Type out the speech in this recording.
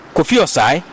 Kofiosai